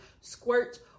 squirt